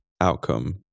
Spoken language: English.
outcome